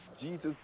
Jesus